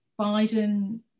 Biden